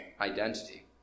identity